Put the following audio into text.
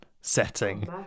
setting